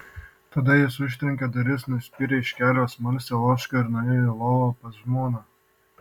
tada jis užtrenkė duris nuspyrė iš kelio smalsią ožką ir nuėjo į lovą pas žmoną